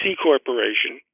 C-corporation